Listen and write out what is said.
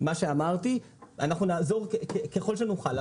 אנחנו נעזור ככל שנוכל.